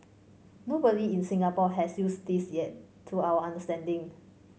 nobody in Singapore has used this yet to our understanding